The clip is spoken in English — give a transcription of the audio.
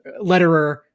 letterer